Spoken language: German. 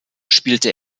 spielte